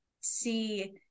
see